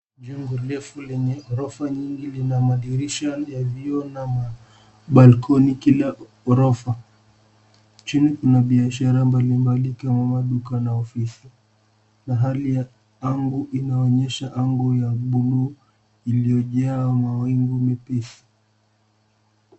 Jengo refu lenye ghorofa nyingi lina madirisha yaliyo na mabalkoni kila ghorofa. Chini kuna biashara mbalimbali ikiwemo duka na ofisi na hali ya anga inaonyesha anga ya buluu iliyojaa mawingu mepesi.